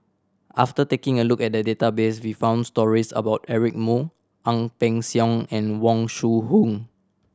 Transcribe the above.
after taking a look at the database we found stories about Eric Moo Ang Peng Siong and Wong Shu Hoong